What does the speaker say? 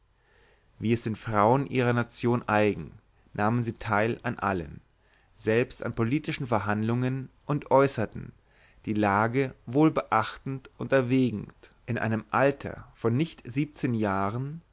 wie es den frauen ihrer nation eigen nahm sie teil an allen selbst an politischen verhandlungen und äußerte die lage der dinge wohl beachtend und erwägend in einem alter von noch nicht siebzehn jahren